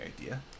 idea